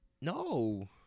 No